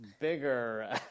bigger